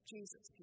Jesus